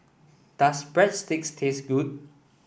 does Breadsticks taste good